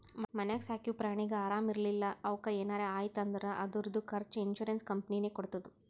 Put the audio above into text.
ಮನ್ಯಾಗ ಸಾಕಿವ್ ಪ್ರಾಣಿಗ ಆರಾಮ್ ಇರ್ಲಿಲ್ಲಾ ಅವುಕ್ ಏನರೆ ಆಯ್ತ್ ಅಂದುರ್ ಅದುರ್ದು ಖರ್ಚಾ ಇನ್ಸೂರೆನ್ಸ್ ಕಂಪನಿನೇ ಕೊಡ್ತುದ್